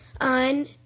on